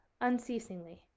unceasingly